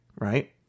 right